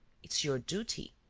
it's your duty.